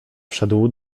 wszedł